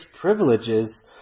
privileges